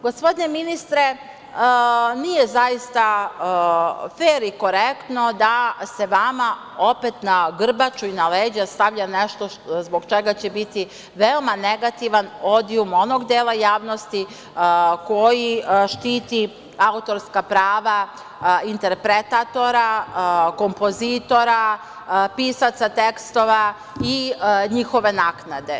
Gospodine ministre, nije zaista fer i korektno da se vama opet na grbaču i na leđa stavlja nešto zbog čega će biti veoma negativan odijum onog dela javnosti koji štiti autorska prava interpretatora, kompozitora, pisaca tekstova i njihove naknade.